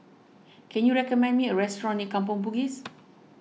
can you recommend me a restaurant near Kampong Bugis